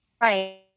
right